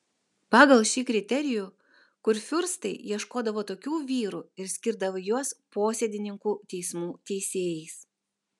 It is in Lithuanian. pagal šį kriterijų kurfiurstai ieškodavo tokių vyrų ir skirdavo juos posėdininkų teismų teisėjais